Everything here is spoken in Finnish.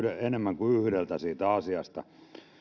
enemmän kuin yhdeltä siitä asiasta